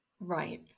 right